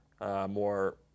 more